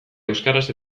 euskaraz